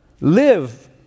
live